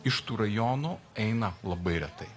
iš tų rajonų eina labai retai